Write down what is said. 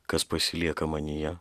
kas pasilieka manyje